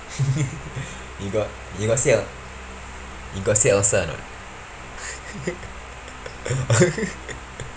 you got you got sit or not you got sit outside or not